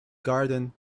garden